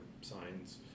signs